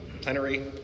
plenary